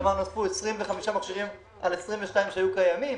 כלומר נוספו 25 מכשירים מעבר ל-22 שהיו קיימים,